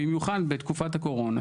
במיוחד בתקופת הקורונה,